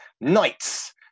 Knights